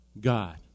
God